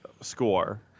score